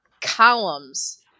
columns